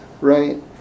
right